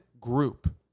group